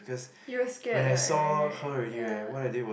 you were scared right ya